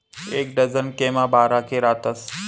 एक डझन के मा बारा के रातस